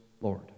Lord